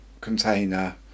container